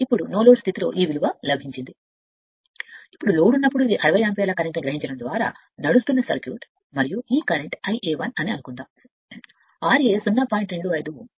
ఇప్పుడు ఇది no load స్థితిలో ఇప్పుడు ఇది లోడ్ అయినప్పుడు ఇది 60 యాంపియర్ల కరెంట్ ని నడుపుతున్న సర్క్యూట్ మరియు ఇది కరెంట్ Ia 1 అని చెప్పండి ra 0